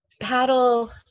paddle